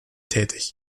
tätig